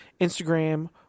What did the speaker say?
Instagram